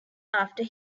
after